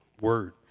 word